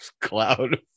cloud